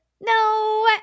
no